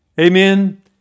Amen